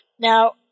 Now